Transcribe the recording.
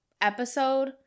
episode